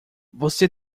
você